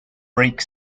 break